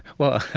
well,